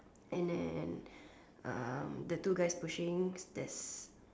and then um the two guys pushing there's